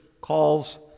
calls